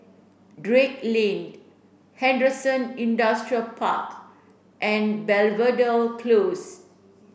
Drake Lane Henderson Industrial Park and Belvedere Close